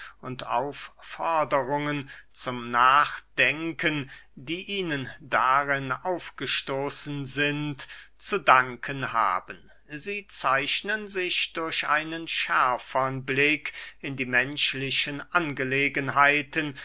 aufforderungen zum nachdenken die ihnen darin aufgestoßen sind zu danken haben sie zeichnen sich durch einen schärfern blick in die menschlichen angelegenheiten